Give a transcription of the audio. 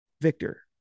Victor